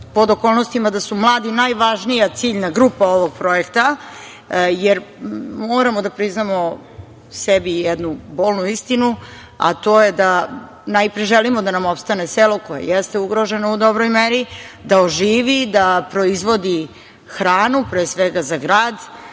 pod okolnostima da su mladi najvažnija ciljna grupa ovog projekta, jer moramo da priznamo sebi jednu bolnu istinu, a to je da najpre želimo da nam opstane selo koje jeste ugroženo u dobroj meri da oživi, da proizvodi hranu, pre svega za grad.